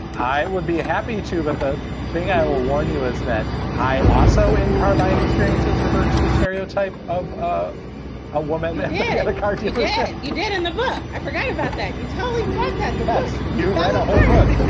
i would be happy to. but the thing i will warn you is that i also in car by and experiences revert to the stereotype of a ah woman in yeah the car yeah you did in the book. i forgot about that. you totally like that. yes. you read a whole book.